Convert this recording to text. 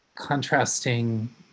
contrasting